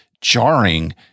jarring